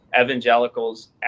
evangelicals